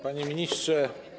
Panie Ministrze!